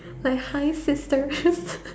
like hi sisters